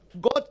God